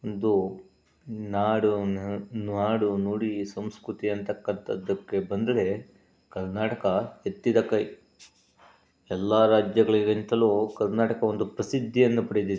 ಇಂದು ನಾಡು ನಾಡು ನುಡಿ ಸಂಸ್ಕೃತಿ ಅಂತಕ್ಕಂಥದಕ್ಕೆ ಬಂದರೆ ಕರ್ನಾಟಕ ಎತ್ತಿದ ಕೈ ಎಲ್ಲ ರಾಜ್ಯಗಳಿಗಿಂತಲೂ ಕರ್ನಾಟಕ ಒಂದು ಪ್ರಸಿದ್ಧಿಯನ್ನು ಪಡೆದಿದೆ